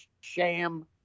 sham